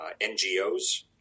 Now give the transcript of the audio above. NGOs